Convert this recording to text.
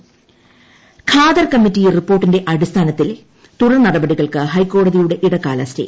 Khader committee Khader committee റിപ്പോർട്ടിന്റെ അടിസ്ഥാനത്തിലെ തുടർ നടപടികൾക്ക് ഹൈക്കോടതിയുടെ ഇടക്കാല സ്റ്റേ